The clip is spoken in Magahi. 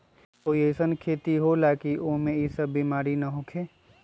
कोई अईसन खेती होला की वो में ई सब बीमारी न होखे?